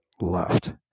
left